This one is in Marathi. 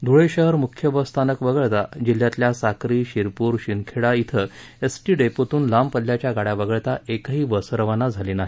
धुळे शहर मुख्य बस स्थानक वगळता जिल्ह्यतील साक्री शिरपूर शिंदखेडा येथील एसटी डेपोतून लांब पल्याच्या गाड्या वगळता एकही बस रवाना झाली नाही